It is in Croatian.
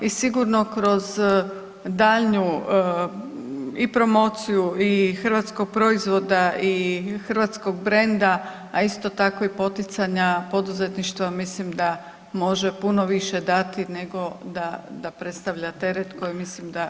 I sigurno kroz daljnju i promociju i hrvatskog proizvoda i hrvatskog brenda, a isto tako i poticanja poduzetništva mislim da može puno više dati nego da predstavlja teret koji mislim da nikako nije